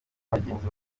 bagenzi